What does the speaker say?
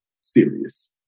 serious